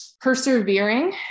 persevering